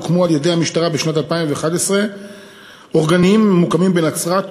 הוקמו על-ידי המשטרה בשנת 2011 אורגנים הממוקמים בנצרת,